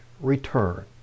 return